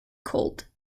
culled